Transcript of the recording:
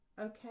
okay